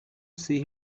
see